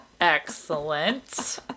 Excellent